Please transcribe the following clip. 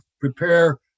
prepare